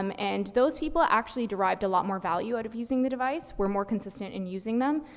um and, those people actually derived a lot more value out of using the device, were more consistent in using them,